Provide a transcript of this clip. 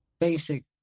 Basic